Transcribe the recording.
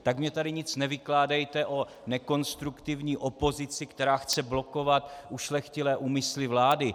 Tak mně tady nic nevykládejte o nekonstruktivní opozici, která chce blokovat ušlechtilé úmysly vlády.